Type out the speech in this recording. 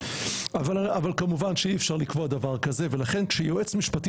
אבל כמובן שאי אפשר לקבוע דבר כזה ולכן כשיועץ משפטי